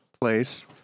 place